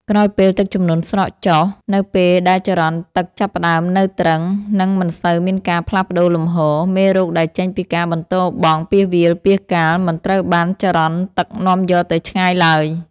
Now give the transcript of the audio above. ក្រោយពេលទឹកជំនន់ស្រកចុះ នៅពេលដែលចរន្តទឹកចាប់ផ្តើមនៅទ្រឹង និងមិនសូវមានការផ្លាស់ប្តូរលំហូរ មេរោគដែលចេញពីការបន្ទោបង់ពាសវាលពាសកាលមិនត្រូវបានចរន្តទឹកនាំយកទៅឆ្ងាយឡើយ។